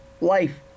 life